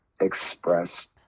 expressed